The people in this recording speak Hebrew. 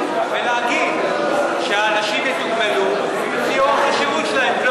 למה לא לקחת אותו צעד אחד קדימה ולהגיד